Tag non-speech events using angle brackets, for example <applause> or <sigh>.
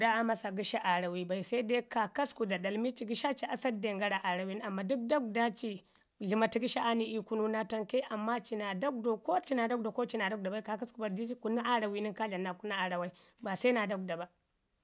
Daguda aa masa gəshi arawai bai, sai dai kaakasku da ɗalmi ci gəsha ci <unintelligible> den gara arawi nən amman dək dləmatu gəshi aa ni ii kunu naa tamka amman ci naa dagwdau ko ci naa daguwa ko ci naa daguda bai, kaakasku bari di ci kunu araui nən kaa dlama naa kunu arawai, ba se naa daguda ba